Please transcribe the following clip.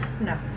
No